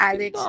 Alex